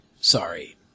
sorry